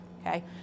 Okay